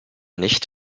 nicht